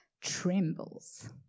trembles